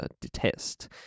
detest